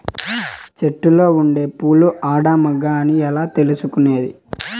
చెట్టులో ఉండే పూలు ఆడ, మగ అని ఎట్లా తెలుసుకునేది?